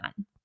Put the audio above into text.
on